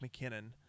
McKinnon